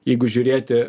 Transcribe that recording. jeigu žiūrėti